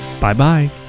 Bye-bye